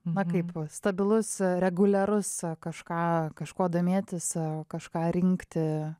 na kaip stabilus reguliarus kažką kažkuo domėtis kažką rinkti